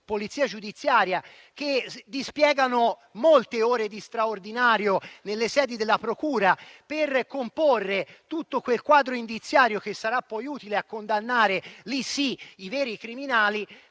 polizia giudiziaria che dispiegano molte ore di straordinario nelle sedi della procura, per comporre tutto quel quadro indiziario che sarà poi utile a condannare i veri criminali,